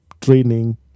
training